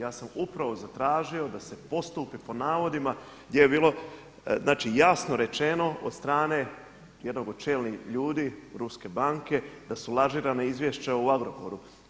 Ja sam upravo zatražio da se postupi po navodima gdje je bilo jasno rečeno od strane jednog od čelnih ljudi ruske banke da su lažirana izvješća u Agrokoru.